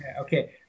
Okay